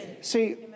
See